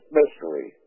mystery